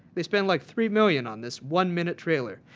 they spent like three million on this one minute trailer.